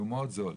והוא מאוד זול.